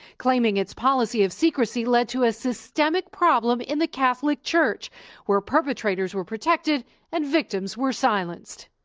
claiming its policy of secrecy led to a systemic problem in the catholic church where perpetrators were protected and victims were silenced.